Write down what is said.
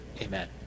Amen